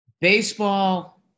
baseball